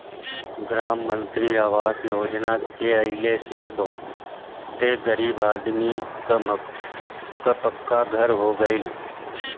प्रधान मंत्री आवास योजना के आइला से बहुते गरीब आदमी कअ पक्का घर हो गइल